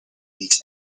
meet